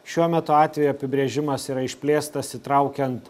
šiuo metu atvejo apibrėžimas yra išplėstas įtraukiant